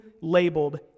labeled